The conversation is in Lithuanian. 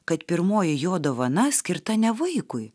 kad pirmoji jo dovana skirta ne vaikui